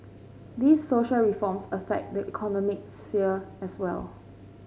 these social reforms affect the economic sphere as well